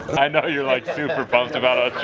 i know you're like super-pumped about ah